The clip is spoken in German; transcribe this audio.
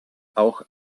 auch